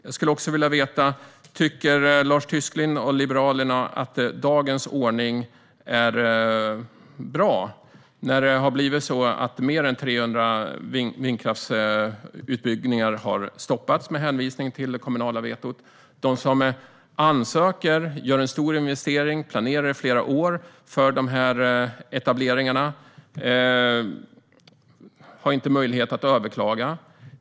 Jag skulle också vilja veta om Lars Tysklind och Liberalerna tycker att dagens ordning är bra. Det har blivit så att utbyggnaden av fler än 300 vindkraftverk har stoppats med hänvisning till det kommunala vetot. De som ansöker gör en stor investering och planerar i flera år för dessa etableringar, men de har inte möjlighet att överklaga.